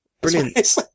Brilliant